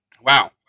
Wow